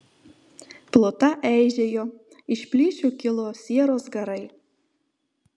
pluta eižėjo iš plyšių kilo sieros garai